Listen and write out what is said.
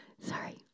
Sorry